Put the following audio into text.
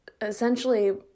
essentially